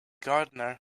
gardener